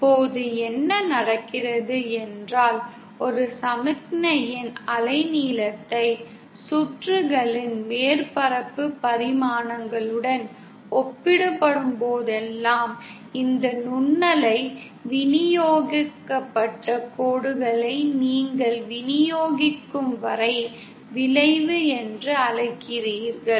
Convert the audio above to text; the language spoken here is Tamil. இப்போது என்ன நடக்கிறது என்றால் ஒரு சமிக்ஞையின் அலைநீளத்தை சுற்றுகளின் மேற்பரப்பு பரிமாணங்களுடன் ஒப்பிடப்படும்போதெல்லாம் இந்த நுண்ணலை விநியோகிக்கப்பட்ட கோடுகளை நீங்கள் விநியோகிக்கும் வரி விளைவு என்று அழைக்கிறீர்கள்